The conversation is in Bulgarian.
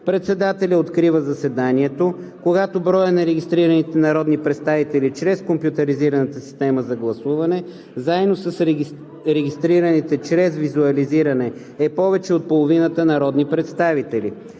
Председателят открива заседанието, когато броят на регистрираните народни представители чрез компютъризираната система за гласуване заедно с регистрираните чрез визуализиране е повече от половината народни представители.